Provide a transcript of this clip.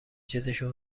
چیزشون